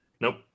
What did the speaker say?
Nope